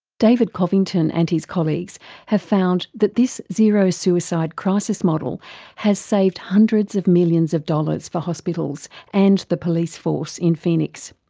david covington and his colleagues have found that this zero suicide crisis model has saved hundreds of millions of dollars for hospitals and the police force in phoenix.